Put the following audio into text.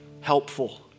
helpful